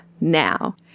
now